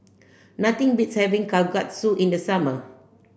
nothing beats having kalguksu in the summer